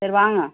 சரி வாங்க